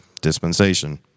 dispensation